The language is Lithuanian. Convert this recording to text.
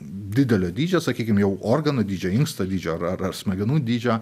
didelio dydžio sakykim jau organų dydžio inksto dydžio ar ar smegenų dydžio